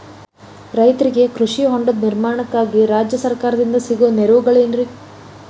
ರೈತರಿಗೆ ಕೃಷಿ ಹೊಂಡದ ನಿರ್ಮಾಣಕ್ಕಾಗಿ ರಾಜ್ಯ ಸರ್ಕಾರದಿಂದ ಸಿಗುವ ನೆರವುಗಳೇನ್ರಿ?